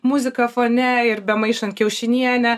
muzika fone ir bemaišant kiaušinienę